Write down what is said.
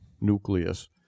nucleus